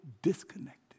Disconnected